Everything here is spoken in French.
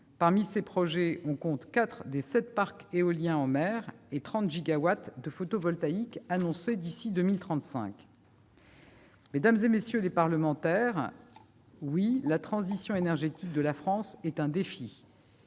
Parmi ses projets, on compte quatre des sept parcs éoliens en mer et 30 gigawatts de photovoltaïque annoncés d'ici à 2035. Mesdames, messieurs les sénateurs, oui, la transition énergétique de la France est un défi